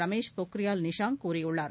ரமேஷ் பொக்ரியால் நிஷாங்க் கூறியுள்ளார்